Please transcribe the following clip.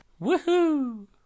Woohoo